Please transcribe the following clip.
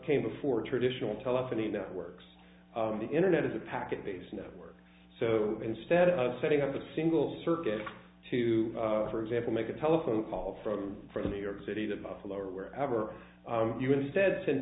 came before traditional telephony networks the internet is a packet based network so instead of setting up a single circuit to for example make a telephone call from from new york city to buffalo or wherever you instead s